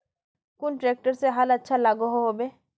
कुन ट्रैक्टर से हाल अच्छा लागोहो होबे?